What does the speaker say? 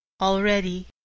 Already